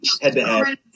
head-to-head